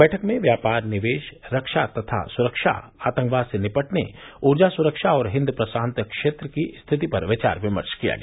बैठक में व्यापार निवेश रक्षा तथा सुरक्षा आतंकवाद से निपटने ऊर्जा सुरक्षा और हिंद प्रशांत क्षेत्र की स्थिति पर विचार विमर्श किया गया